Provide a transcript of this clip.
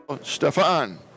Stefan